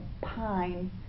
pine